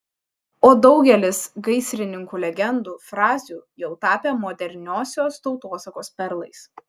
o daugelis gaisrininkų legendų frazių jau tapę moderniosios tautosakos perlais